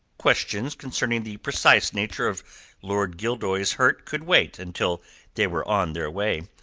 questions concerning the precise nature of lord gildoy's hurt could wait until they were on their way.